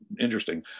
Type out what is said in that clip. interesting